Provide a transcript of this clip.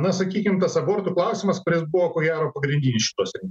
na sakykim tas abortų klausimas kuris buvo ko gero pagrindinis šituose